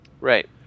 Right